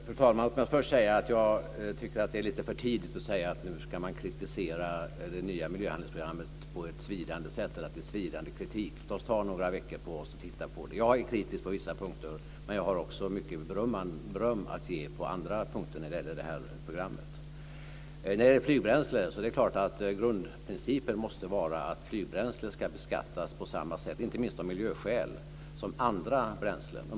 Fru talman! Först får jag säga att jag tycker att det är lite för tidigt att kritisera det nya miljöhandlingsprogrammet på ett svidande sätt, eller säga att det är svidande kritik. Låt oss ta några veckor på oss och titta på det. Jag är kritisk på vissa punkter, men jag har också mycket beröm att ge på andra punkter när det gäller det här programmet. När det gäller flygbränsle är det klart att grundprincipen måste vara att flygbränsle ska beskattas på samma sätt - inte minst av miljöskäl - som andra bränslen.